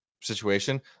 situation